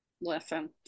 listen